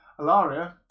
Alaria